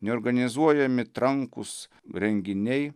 neorganizuojami trankūs renginiai